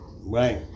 Right